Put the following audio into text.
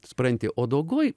supranti o dogoj